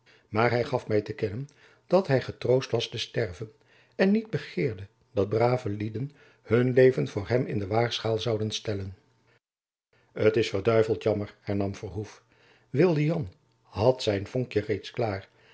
maar hy gaf my te kennen dat hy getroost was te sterven en niet begeerde dat brave lieden hun leven voor hem in de waagschaal zouden stellen t is verduiveld jammer hernam verhoef wilde jan had zijn volkjen reeds klaar